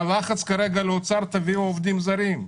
והלחץ כרגע על האוצר הוא להביא עובדים זרים.